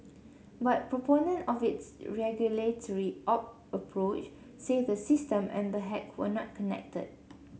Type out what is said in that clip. but proponents of its regulatory out approach say the system and the hack were not connected